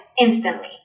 instantly